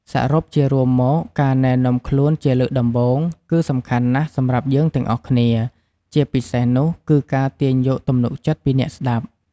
សរុបជារួមមក ការណែនាំខ្លួនជាលើកដំបូងគឺសំខាន់ណាស់សម្រាប់យើងទាំងអស់គ្នា ជាពិសេសនោះគឺការទាញយកទំនុកចិត្តពីអ្នកស្ដាប់។